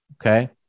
Okay